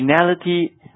originality